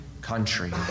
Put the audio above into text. country